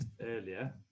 earlier